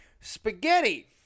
spaghetti